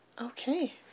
Okay